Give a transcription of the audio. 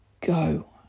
go